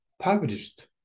published